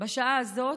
בשעה הזאת,